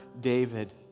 David